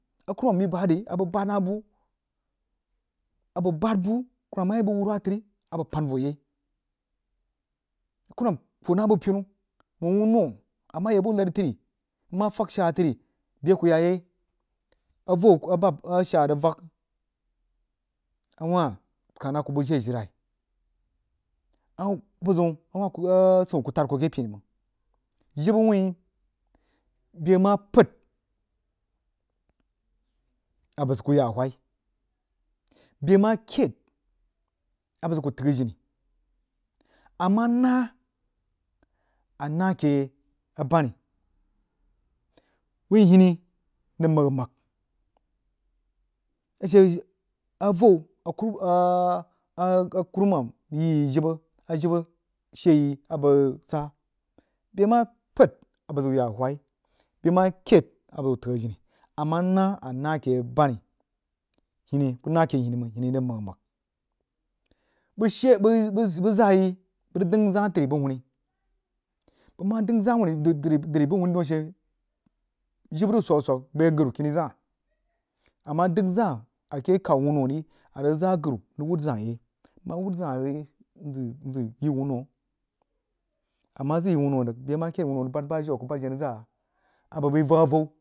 A kurumam yi bah ri a bəg bad buh, a bəg bad buh kurumam ma yi bəg wurwa tri abəg pan vohyei a kurumam puoh na bəg pennu wuoh-wunno ama yata buh nani tri nma fəg shaa tri beh aku ya yei a vau a shaa rig vak awah kangha naku jire ajinai a bəgziu, a wah a asiu ku tad ku keh penni məng jibbə wuin beh ma pəd a zəg ku ya whai beh ma khaid a bəg zəg ku tag jini ama na, ana keh a banni wuin hini rig mak-mak a she avau a kunu mam yi yi jibbə, a jibbə sheeyi a bəg sabeh ma pad a bəg zəgwuh ya whoi, beh ma kheid a bəg zui tag ini ama nah ana keh abanni hini ku nah keh hini məng hini rig mak-mak bag sheeyi bəg zan yi bəg hunni daun ashe jibbə zag swak swək bai agaru kini zaa, a ma dangha zaa akeh kawu wunno ri a rig zəg agaru rig wud zaa yei bəg ma wud zaa yei nzəg yi wunno ama zəg yi wunnori beh ma kheid wunno rig bad ba jau bəg jenna zaa a bəg bai vak-a vau.